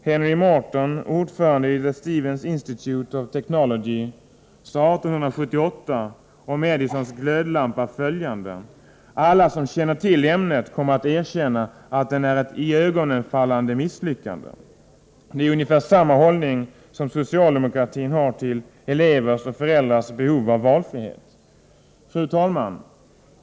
Henry Morton, ordförande i The Stevens Institute of Technology, sade 1878 om Edisons glödlampa följande: ”Alla som känner till ämnet kommer att erkänna att den är ett iögonenfallande misslyckande.” Det är ungefär samma hållning som socialdemokratin har till elevers och föräldrars behov av valfrihet. Fru talman!